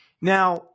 Now